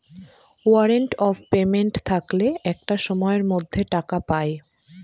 warrant of payment থাকলে একটা সময়ের মধ্যে টাকা পায়